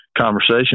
conversation